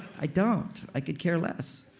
i don't. i could care less.